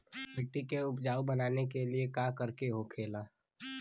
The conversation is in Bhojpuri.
मिट्टी के उपजाऊ बनाने के लिए का करके होखेला?